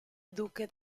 duque